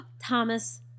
Thomas